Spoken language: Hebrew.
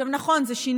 עכשיו, נכון, זה שינוי.